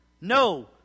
No